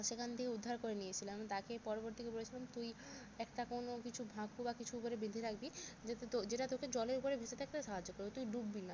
সেখান থেকে উদ্ধার করে নিয়ে এসছিলাম তাকে পরবর্তীতে বলেছিলাম তুই একটা কোনো কিছু বা কিছু করে বেঁধে রাখবি যাতে তো যেটা তোকে জলের ওপরে ভেসে থাকতে সাহায্য করবে তুই ডুববি না